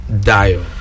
dial